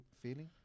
feeling